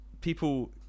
people